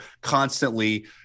constantly